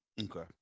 okay